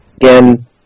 again